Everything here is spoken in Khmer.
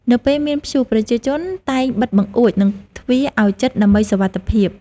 នៅពេលមានព្យុះ ប្រជាជនតែងបិទបង្អួច និងទ្វារឱ្យជិតដើម្បីសុវត្ថិភាព។